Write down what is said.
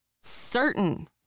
Certain